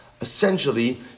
Essentially